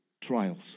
trials